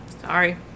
Sorry